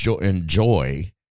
enjoy